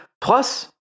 Plus